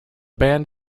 band